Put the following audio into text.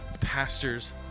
pastors